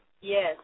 Yes